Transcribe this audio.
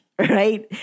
Right